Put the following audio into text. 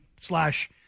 slash